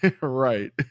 Right